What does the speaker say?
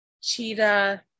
Cheetah